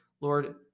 Lord